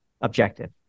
objective